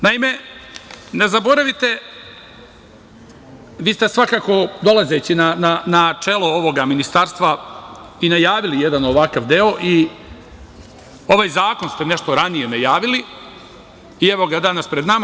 Naime, ne zaboravite, vi ste svakako dolazeći na čelo ovog ministarstva i najavili jedan ovakav deo i ovaj zakon ste nešto ranije najavili i evo ga danas pred nama.